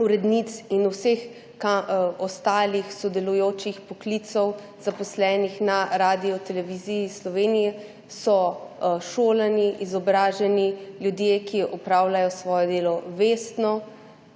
urednic in vsi ostalih sodelujoči poklici zaposlenih na Radioteleviziji Slovenija so šolani, izobraženi ljudje, ki opravljajo svoje delo vestno